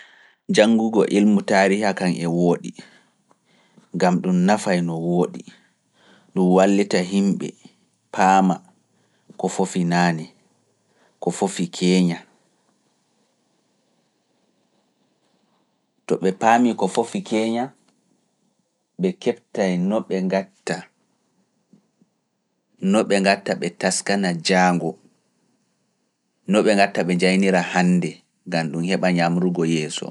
Janngugo ilmu taariiha kan e wooɗi, gam ɗum nafay no wooɗi, ɗum wallita himɓe paama ko fofi baawo. Kadi be taskana no be njarirta hore cadeele duniya yeeso.